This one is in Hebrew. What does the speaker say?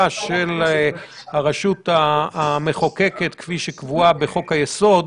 של הרשות המחוקקת כפי שקבועה בחוק היסוד,